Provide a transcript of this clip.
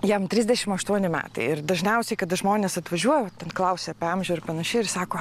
jam trisdešim aštuoni metai ir dažniausiai kada žmonės atvažiuoja va ten klausia apie amžių ir panašiai ir sako